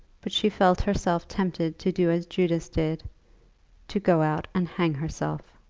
but she felt herself tempted to do as judas did to go out and hang herself.